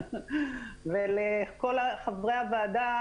ולכל חברי הוועדה,